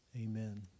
Amen